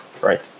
right